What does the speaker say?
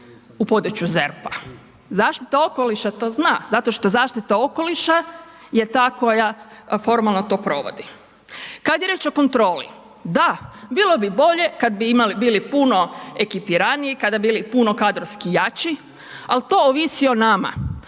u području ZERP-a. Zaštita okoliša to zna zato što zaštita okoliša je ta koja formalno to provodi. Kada je riječ o kontroli, da bilo bi bolje kada bi bili puno ekipiraniji, kada bi bili puno kadrovski jači ali to ovisi o nama.